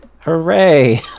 Hooray